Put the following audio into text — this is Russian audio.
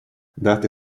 даты